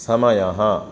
समयः